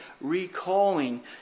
recalling